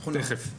תכף,